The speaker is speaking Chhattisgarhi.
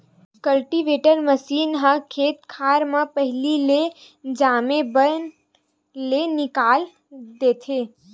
कल्टीवेटर मसीन ह खेत खार म पहिली ले जामे बन ल निकाल देथे